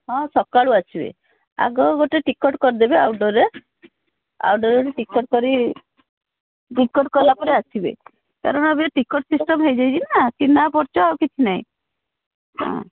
ହଁ ସକାଳୁ ଆସିବେ ଆଗ ଗୋଟେ ଟିକେଟ୍ କରି ଦେବେ ଆଉଟଡ଼ୋରରେ ଆଉଟଡ଼ୋରରେ ଗୋଟେ ଟିକେଟ୍ କରି ଟିକେଟ୍ କଲା ପରେ ଆସିବେ କାରଣ ଏବେ ଟିକେଟ୍ ସିଷ୍ଟମ ହେଇଯାଇଛି ନା ଚିହ୍ନା ପରିଚୟ କିଛି ନାହିଁ ହାଁ